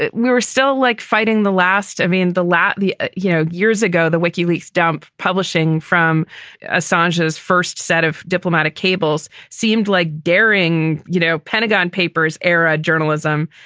ah we were still like fighting the last. i mean, the lat the you know, years ago, the wikileaks dump publishing from assange, his first set of diplomatic cables seemed like daring, you know, pentagon papers era journalism.